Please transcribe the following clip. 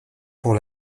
pour